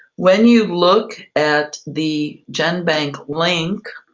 when you look at the genbank link